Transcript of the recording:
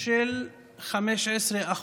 של 15%